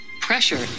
pressure